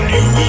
New